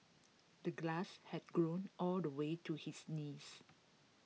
the glass had grown all the way to his knees